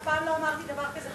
אף פעם לא אמרתי דבר כזה,